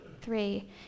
three